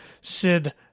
Sid